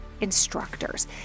instructors